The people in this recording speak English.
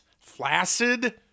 Flaccid